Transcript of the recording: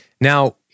Now